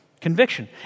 conviction